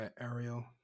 Ariel